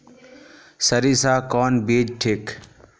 सरीसा कौन बीज ठिक?